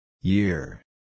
year